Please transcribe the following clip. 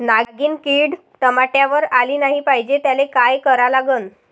नागिन किड टमाट्यावर आली नाही पाहिजे त्याले काय करा लागन?